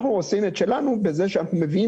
אנחנו עושים את שלנו בזה שאנחנו מביאים